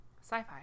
Sci-fi